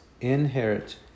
inherit